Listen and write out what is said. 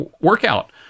workout